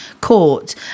court